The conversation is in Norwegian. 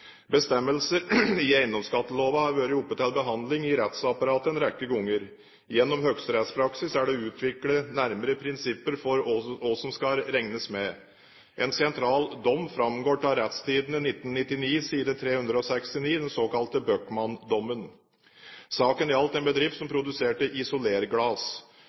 Bestemmelser i eiendomsskatteloven har vært oppe til behandling i rettsapparatet en rekke ganger. Gjennom høyesterettspraksis er det utviklet nærmere prinsipper for hva som skal regnes med. En sentral dom framgår av Retstidende 1999, side 369, den såkalte Bøckmann-dommen. Saken gjaldt en bedrift som